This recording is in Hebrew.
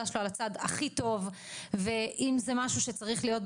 שלו על הצד הכי טוב ואם זה משהו שצריך להיות,